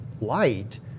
light